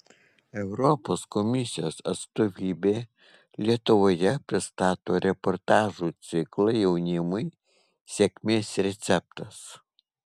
europos komisijos atstovybė lietuvoje pristato reportažų ciklą jaunimui sėkmės receptas